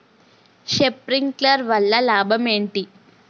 Sprinkler వల్ల లాభం ఏంటి?